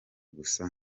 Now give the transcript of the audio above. gusa